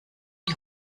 die